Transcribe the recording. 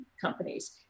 companies